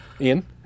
ian